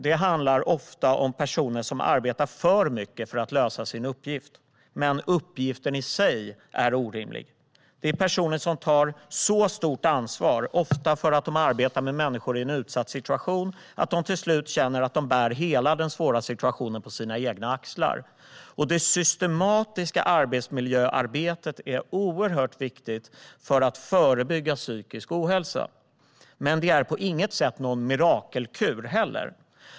Det handlar ofta om personer som arbetar för mycket för att lösa sin uppgift, men uppgiften i sig är orimlig. Det är personer som tar så stort ansvar, ofta för att de arbetar med människor i en utsatt situation, att de till slut känner att de bär hela den svåra situationen på sina egna axlar. Det systematiska arbetsmiljöarbetet är oerhört viktigt för att förebygga psykisk ohälsa, men det är på inget sätt någon mirakelkur.